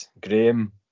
Graham